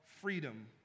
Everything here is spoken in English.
freedom